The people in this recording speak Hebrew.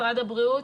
ממשרד הבריאות?